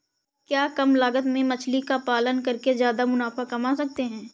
क्या कम लागत में मछली का पालन करके ज्यादा मुनाफा कमा सकते हैं?